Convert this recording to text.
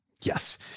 Yes